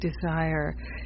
desire